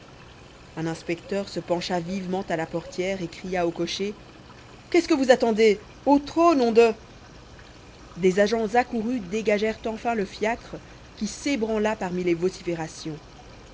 un inspecteur se pencha vivement à la portière et cria au cocher qu'est-ce que vous attendez au trot nom de des agents accourus dégagèrent enfin le fiacre qui s'ébranla parmi les